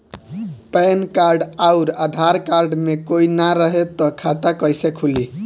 Pan card आउर Aadhaar card मे से कोई ना रहे त खाता कैसे खुली?